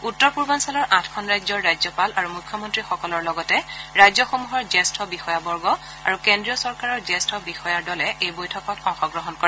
উত্তৰ পূৰ্বাঞ্চলৰ আঠখন ৰাজ্যৰ ৰাজ্যপাল আৰু মুখ্যমন্ত্ৰীসকলৰ লগতে ৰাজ্যসমূহৰ জ্যেষ্ঠ বিষয়াবৰ্গ আৰু কেড্ৰীয় চৰকাৰৰ জ্যেষ্ঠ বিষয়াৰ দলে এই বৈঠকত অংশগ্ৰহণ কৰে